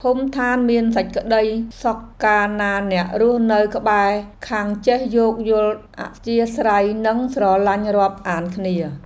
ភូមិឋានមានសេចក្តីសុខកាលណាអ្នករស់នៅក្បែរខាងចេះយោគយល់អធ្យាស្រ័យនិងស្រឡាញ់រាប់អានគ្នា។